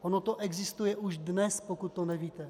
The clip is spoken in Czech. Ono to existuje už dnes, pokud to nevíte.